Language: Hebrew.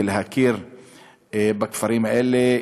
ולהכיר בכפרים האלה.